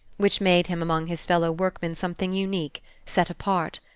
which made him among his fellow-workmen something unique, set apart.